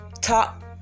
top